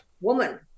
woman